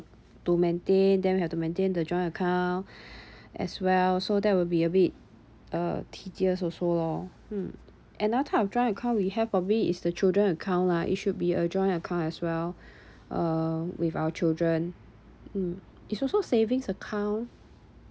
to maintain them have to maintain the joint account as well so that will be a bit uh tedious also lor mm another type of joint account we have probably is the children account lah it should be a joint account as well uh with our children mm it's also savings account